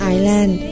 Island